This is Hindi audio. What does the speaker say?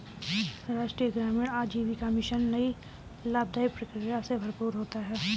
राष्ट्रीय ग्रामीण आजीविका मिशन कई लाभदाई प्रक्रिया से भरपूर होता है